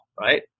right